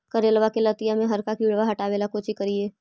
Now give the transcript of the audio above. करेलबा के लतिया में हरका किड़बा के हटाबेला कोची करिए?